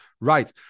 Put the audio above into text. Right